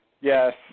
Yes